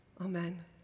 Amen